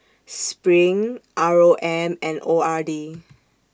SPRING R O M and O R D